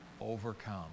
overcome